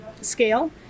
scale